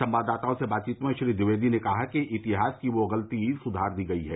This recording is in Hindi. संवाददाताओं से बातचीत में श्री ट्विवेदी ने कहा कि इतिहास की वो गलती सुधार दी गई है